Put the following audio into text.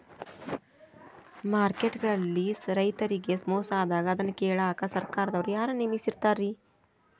Market ಗಳಲ್ಲಿ ರೈತರಿಗೆ ಮೋಸ ಆದಾಗ ಅದನ್ನ ಕೇಳಾಕ್ ಸರಕಾರದವರು ಯಾರನ್ನಾ ನೇಮಿಸಿರ್ತಾರಿ?